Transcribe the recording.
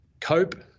cope